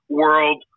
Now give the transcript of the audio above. world